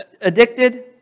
addicted